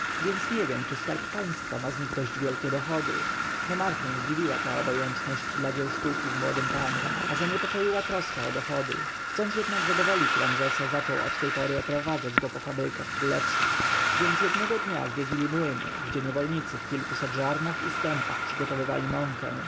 więc nie wiem czy skarb państwa ma z nich dość wielkie dochody nomarelię zdziwiła ta obojętność dla dzieł sztuki w młodym panu a zaniepokoiła troska o dochody chcąc jednak zadowolić ramzesa zaczął od tej pory oprowadzać go po fabrykach królewskich więc jednego dnia zwiedzili młyny gdzie niewolnicy w kilkuset żarnach i stępach przygotowywali mąkę